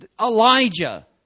Elijah